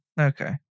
Okay